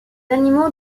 animaux